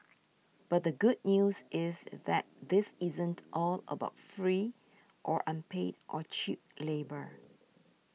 but the good news is that this isn't all about free or unpaid or cheap labour